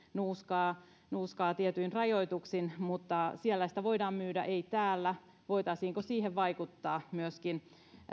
nuuskaa nuuskaa tietyin rajoituksin siellä sitä voidaan myydä ei täällä voitaisiinko siihen vaikuttaa myöskin